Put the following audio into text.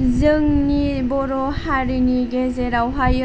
जोंनि बर' हारिनि गेजेरावहाय